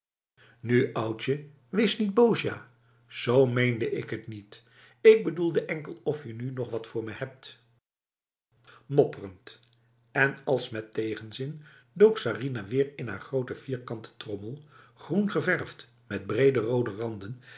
nu oudje wees niet boos ja z meende ik het niet ik bedoelde enkel of je nu nog wat voor me hebtf mopperend en als met tegenzin dook sarinah weer in haar grote vierkante trommel groengeverfd met brede rode randen